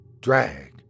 Drag